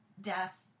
death